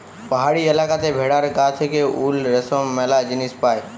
পাহাড়ি এলাকাতে ভেড়ার গা থেকে উল, রেশম ম্যালা জিনিস পায়